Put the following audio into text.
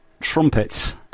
Trumpets